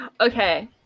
Okay